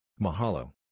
Mahalo